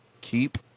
keep